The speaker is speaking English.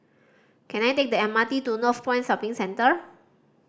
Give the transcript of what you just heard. can I take the M R T to Northpoint Shopping Center